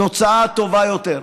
תוצאה טובה יותר.